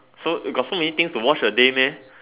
so you got so many things to watch a day meh